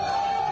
האזכרה.